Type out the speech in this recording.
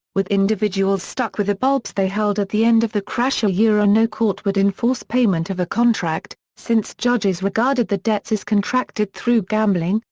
with individuals stuck with the bulbs they held at the end of the crash ah no court would enforce payment of a contract, since judges regarded the debts as contracted through gambling,